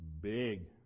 big